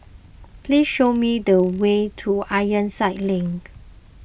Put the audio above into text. please show me the way to Ironside Link